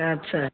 ଆଚ୍ଛା